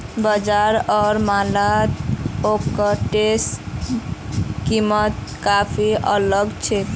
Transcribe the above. बाजार आर मॉलत ओट्सेर कीमत काफी अलग छेक